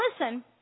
listen